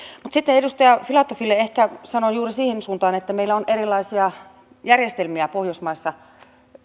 mutta sitten edustaja filatoville ehkä sanon juuri siihen suuntaan että meillä on erilaisia järjestelmiä pohjoismaissa